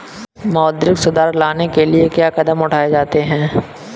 मौद्रिक सुधार लाने के लिए क्या कदम उठाए जाते हैं